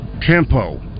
tempo